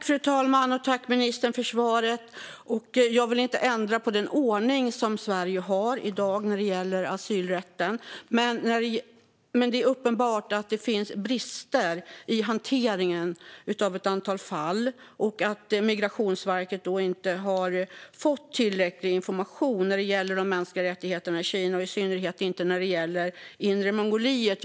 Fru talman! Jag vill inte ändra på den ordning som Sverige har i dag när det gäller asylrätten, men det är uppenbart att det finns brister i hanteringen av ett antal fall och att Migrationsverket inte har fått tillräcklig information när det gäller de mänskliga rättigheterna i Kina och i synnerhet inte när det gäller Inre Mongoliet.